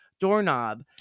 doorknob